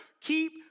keep